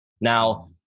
Now